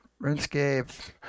RuneScape